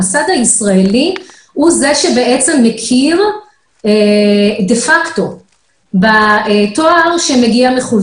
המוסד הישראלי הוא זה שבעצם מכיר דה פקטו בתואר שמגיע מחוץ לארץ.